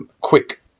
quick